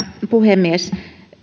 puhemies